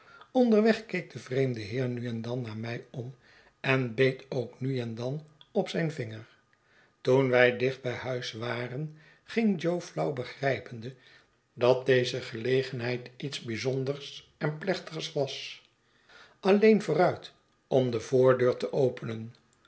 onderweg keek de vreemde heer nu en dan naar mij om en beet ook nu en dan op zijn vinger toen wij dicht bij huis waren ging jo flauw begrijpende dat deze gelegenheid iets bijzonders en plechtigs was alleen vooruit om de voordeur te openen